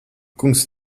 kungs